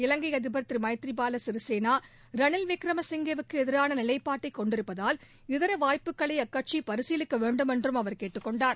இலங்கை அதிபர் திரு மைதிபால சிறிசேனா ரணில் விக்ரமசிங்கே க்கு எதிரான நிலைப்பாட்டை கொண்டிருப்பதால் இதர வாய்ப்புக்களை அக்கட்சி பரிசீலிக்க வேண்டுமென்றும் அவர் கேட்டுக் கொண்டார்